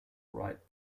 wright